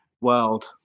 world